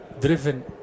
driven